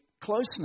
closeness